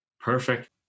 Perfect